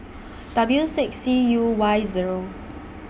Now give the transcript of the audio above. W six C U Y Zero